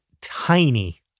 tiny